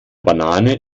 banane